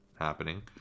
happening